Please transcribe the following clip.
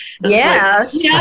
Yes